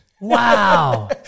Wow